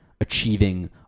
achieving